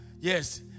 Yes